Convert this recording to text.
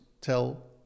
tell